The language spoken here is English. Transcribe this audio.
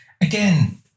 again